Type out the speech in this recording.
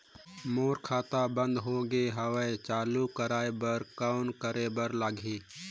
मोर खाता बंद हो गे हवय चालू कराय बर कौन करे बर लगही?